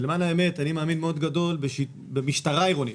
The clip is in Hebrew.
למען האמת, אני מאמין מאוד גדול במשטרה עירונית.